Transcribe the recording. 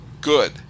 good